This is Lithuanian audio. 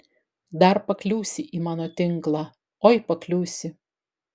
dar pakliūsi į mano tinklą oi pakliūsi